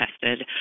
tested